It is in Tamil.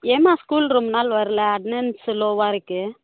ஏம்மா ஸ்கூல் ரொம்ப நாள் வர்லை அட்னன்ஸ்ஸு லோவா இருக்குது